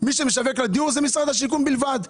מי שמשווק לדיור, זה משרד השיכון בלבד.